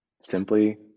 Simply